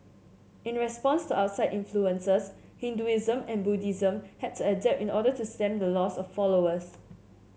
in response to outside influences Hinduism and Buddhism had to adapt in order to stem the loss of followers